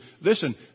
listen